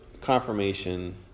confirmation